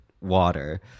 water